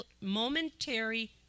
momentary